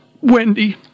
Wendy